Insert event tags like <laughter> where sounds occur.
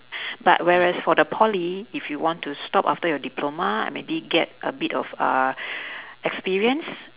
<breath> but whereas for the poly if you want to stop after your diploma and maybe get a bit of uh experience